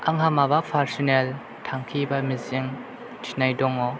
आंहा माबा पारसनेल थांखि बा मिजिं थिनाय दङ